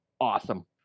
awesome